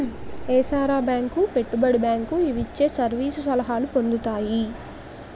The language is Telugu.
ఏసార బేంకు పెట్టుబడి బేంకు ఇవిచ్చే సర్వీసు సలహాలు పొందుతాయి